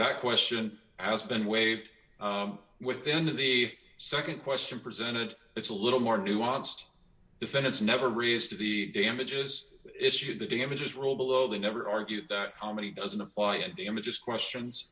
that question has been waived with the end of the nd question presented it's a little more nuanced defendants never raised the damages issue the damages were all below they never argued that comedy doesn't apply and damages questions